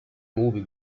movie